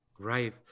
Right